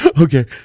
Okay